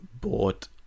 bought